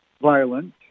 violent